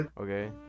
Okay